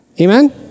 Amen